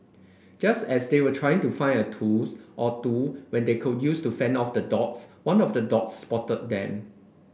just as they were trying to find a tools or two when they could use to fend off the dogs one of the dogs spotted them